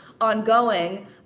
ongoing